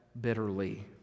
bitterly